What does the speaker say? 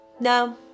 No